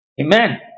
Amen